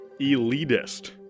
elitist